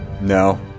No